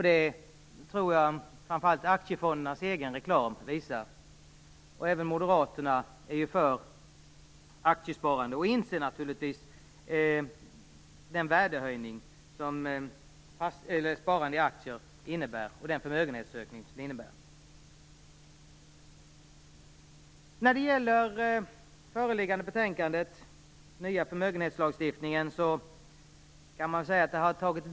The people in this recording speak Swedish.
Det visar framför allt aktiefondernas egen reklam. Även moderaterna är för aktiesparande och inser naturligtvis den värdehöjning och förmögenhetsökning som aktiesparande innebär. Det har tagit väldigt lång tid innan det föreliggande betänkandet om ny förmögenhetslagstiftning kom.